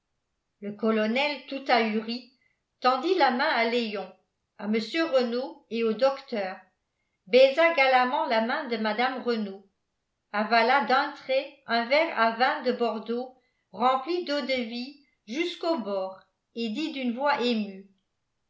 le colonel tout ahuri tendit la main à léon à mr renault et au docteur baisa galamment la main de mme renault avala d'un trait un verre à vin de bordeaux rempli d'eau-de-vie jusqu'au bord et dit d'une voix émue